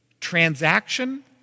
transaction